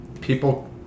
people